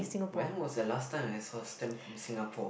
when was the last time I saw stamp from Singapore